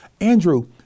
Andrew